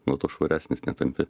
nuo to švaresnis netampi